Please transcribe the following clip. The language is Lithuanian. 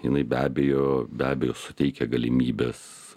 jinai be abejo be abejo suteikia galimybes